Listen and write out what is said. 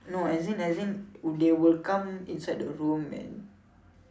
no as in as in they will come inside the room and